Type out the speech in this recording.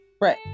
Right